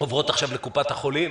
עוברות עכשיו לקופות החולים.